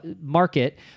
market